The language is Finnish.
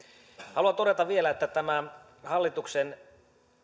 haluan todeta vielä että tämä hallituksen